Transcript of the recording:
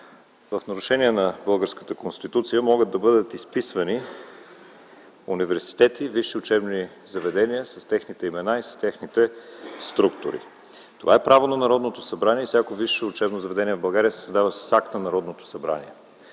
в нарушение на българската Конституция, могат да бъдат изписвани университети и висши учебни заведения с техните имена и с техните структури. Това е право на Народното събрание. Всяко висше учебно заведение в България се създава с акт на Народното събрание.